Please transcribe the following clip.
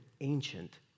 ancient